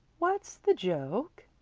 what's the joke?